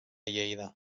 lleida